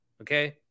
Okay